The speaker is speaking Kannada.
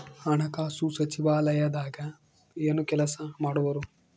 ಹಣಕಾಸು ಸಚಿವಾಲಯದಾಗ ಏನು ಕೆಲಸ ಮಾಡುವರು?